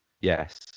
Yes